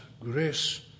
grace